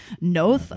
no